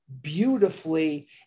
beautifully